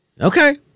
Okay